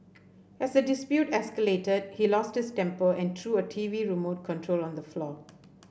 as the dispute escalated he lost his temper and threw a T V remote control on the floor